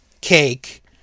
cake